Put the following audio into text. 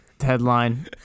Headline